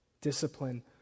Discipline